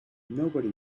nobody